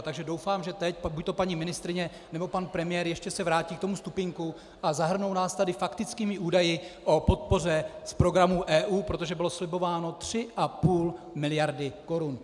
Takže doufám, že teď buďto paní ministryně, nebo pan premiér ještě se vrátí ke stupínku a zahrnou nás tady faktickými údaji o podpoře z programů EU, protože bylo slibováno 3,5 mld. korun.